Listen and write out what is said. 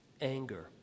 anger